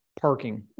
parking